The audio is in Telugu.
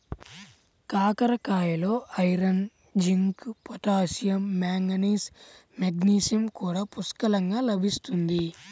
కాకరకాయలలో iron, zinc, potassium, manganese, magnesium కూడా పుష్కలంగా లభిస్తుంది